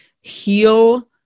heal